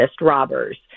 robbers